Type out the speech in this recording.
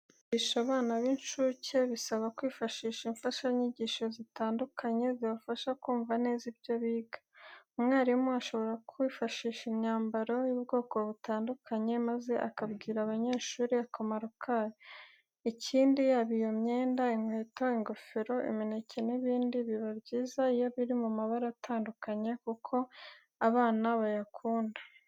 Kwigisha abana b'inshuke bisaba kwifashisha imfashanyigisho zitandukanye zibafasha kumva neza ibyo biga. Umwarimu ashobora kwifashisha imyambaro y'ubwoko butandukanye maze akabwira abanyeshuri akamaro kayo. Ikindi, yaba iyo myenda, inkweto, ingofero, imineke n'ibindi biba byiza iyo biri mu mabara atandukanye kuko abana bayakunda.